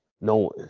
No